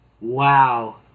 Wow